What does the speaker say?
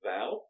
Val